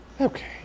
Okay